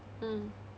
mm